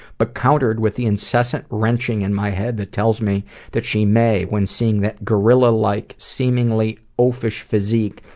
but countered with the incessant wrenching in my head that tells me that she may, when seeing that gorilla like, seemingly oafish physique,